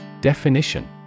Definition